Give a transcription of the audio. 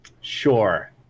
Sure